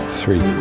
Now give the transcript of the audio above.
three